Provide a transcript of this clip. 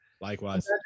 likewise